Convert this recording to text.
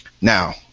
Now